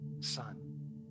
Son